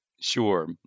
Sure